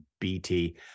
bt